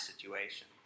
situation